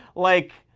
like,